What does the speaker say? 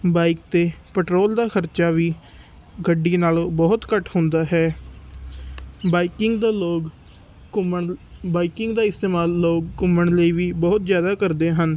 bike 'ਤੇ petrol ਦਾ ਖਰਚਾ ਵੀ ਗੱਡੀ ਨਾਲੋਂ ਬਹੁਤ ਘੱਟ ਹੁੰਦਾ ਹੈ ਬਾਈਕਿੰਗ ਦਾ ਲੋਕ ਘੁੰਮਣ ਬਾਈਕਿੰਗ ਦਾ ਇਸਤੇਮਾਲ ਲੋਕ ਘੁੰਮਣ ਲਈ ਵੀ ਬਹੁਤ ਜ਼ਿਆਦਾ ਕਰਦੇ ਹਨ